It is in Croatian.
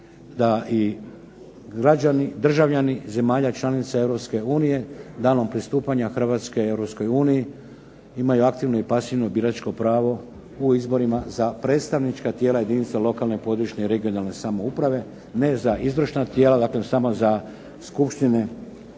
državljani zemalja članica Europske unije danom pristupanja Hrvatske Europskoj uniji imamo aktivno i pasivno biračko pravo u izborima za predstavnička tijela jedinica lokalne, područne (regionalne) samouprave ne za izvršna tijela. Daklem, samo za skupštine